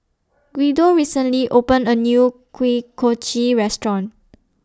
Guido recently opened A New Kuih Kochi Restaurant